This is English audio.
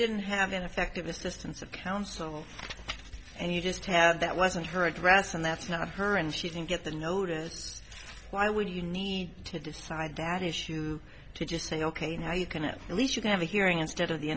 didn't have an effective assistance of counsel and you just have that wasn't her address and that's not her and she didn't get the notice why would you need to decide that issue to just say ok now you can at least you can have a hearing instead of the